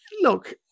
look